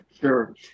Sure